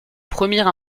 première